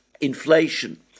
inflation